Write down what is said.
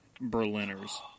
Berliners